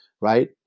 right